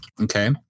okay